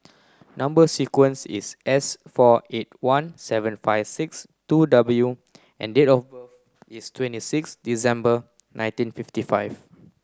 number sequence is S four eight one seven five six two W and date of birth is twenty six December nineteen fifty five